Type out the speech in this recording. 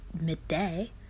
midday